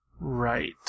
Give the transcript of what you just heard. Right